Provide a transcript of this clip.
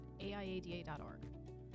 AIADA.org